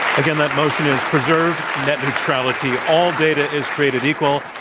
again, that motion is preserve net neutrality all data is created equal.